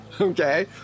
Okay